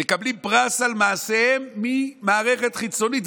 מקבלים פרס על מעשיהם ממערכת חיצונית,